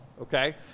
okay